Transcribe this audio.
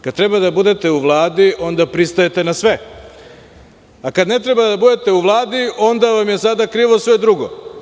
Kada treba da budete u Vladi onda pristajete na sve, a kada ne treba da budete u Vladi onda vam je sada krivo sve drugo.